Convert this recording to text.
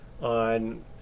on